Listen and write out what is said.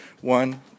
one